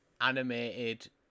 animated